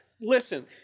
Listen